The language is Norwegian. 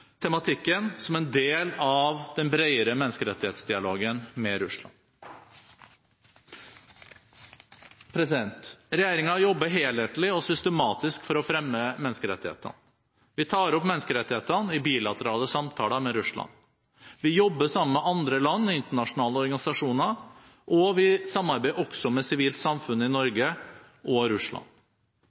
tematikken som en del av den bredere menneskerettighetsdialogen med Russland. Regjeringen jobber helhetlig og systematisk for å fremme menneskerettighetene. Vi tar opp menneskerettighetene i bilaterale samtaler med Russland. Vi jobber sammen med andre land i internasjonale organisasjoner, og vi samarbeider også med sivilt samfunn i Norge og i Russland.